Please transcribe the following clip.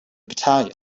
battalion